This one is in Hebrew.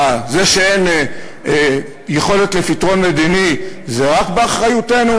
מה, זה שאין יכולת לפתרון מדיני זה רק באחריותנו?